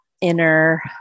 inner